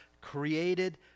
created